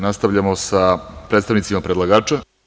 Nastavljamo sa predstavnicima predlagača.